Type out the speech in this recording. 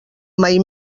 mai